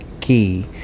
key